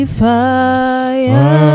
fire